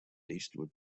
eastward